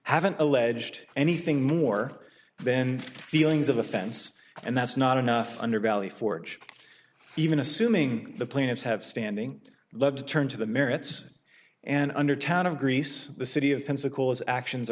an alleged anything more then feelings of offense and that's not enough under valley forge even assuming the plaintiffs have standing to turn to the merits and under town of greece the city of pensacola as actions